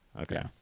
okay